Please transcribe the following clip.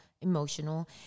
emotional